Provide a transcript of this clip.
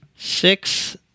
Six